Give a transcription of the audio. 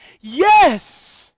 yes